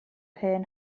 hen